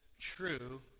true